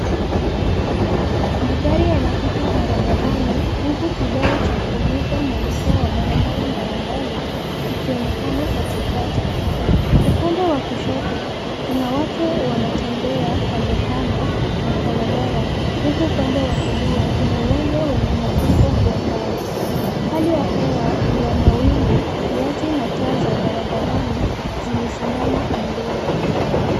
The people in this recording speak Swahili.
Magari yanapita barabarani huku kibao cha kuonyesha mwelekeo wa barabara mbalimbali kikionekana katikati. Upande wa kushoto, kuna watu wanatembea kandokando ya barabara huku upande wa kulia, kuna uwanja wenye majengo kwa mbali. Hali ya hewa ni ya mawingu kiasi na taa za barabarani zimesimama pembeni.